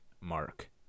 mark